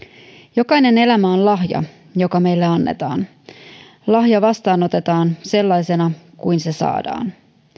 jokainen elämä on lahja joka meille annetaan lahja vastaanotetaan sellaisena kuin se saadaan